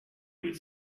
with